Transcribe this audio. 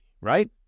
right